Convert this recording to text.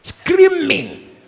Screaming